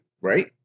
right